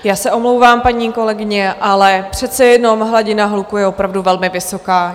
Já se omlouvám, paní kolegyně, ale přece jenom hladina hluku je opravdu velmi vysoká.